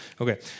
Okay